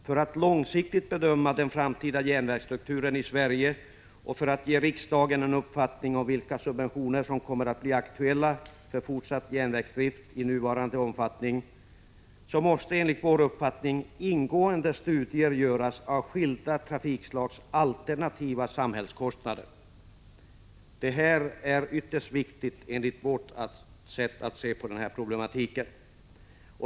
För att långsiktigt bedöma den framtida järnvägsstrukturen i Sverige och för att ge riksdagen en uppfattning om vilka subventioner som kommer att bli aktuella för fortsatt järnvägsdrift i nuvarande omfattning, måste enligt vår uppfattning ingående studier göras av skilda trafikslags alternativa samhällskostnader. Det är ytterst viktigt, enligt vårt sätt att se på problematiken.